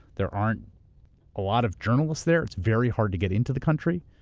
there aren't a lot of journalists there. it's very hard to get into the country.